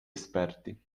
esperti